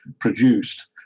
produced